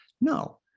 No